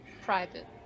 private